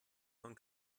von